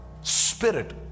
spirit